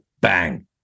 bang